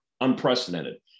unprecedented